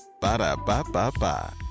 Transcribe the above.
Ba-da-ba-ba-ba